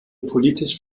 politisch